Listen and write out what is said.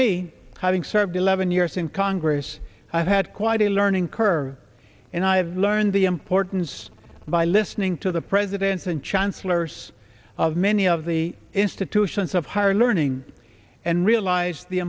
me having served eleven years in congress i've had quite a learning curve and i have learned the importance by listening to the presidents and chancellors of many of the institution sense of higher learning and realize the